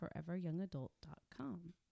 foreveryoungadult.com